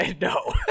No